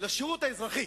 לשירות האזרחי,